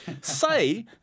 Say